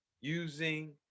using